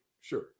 Sure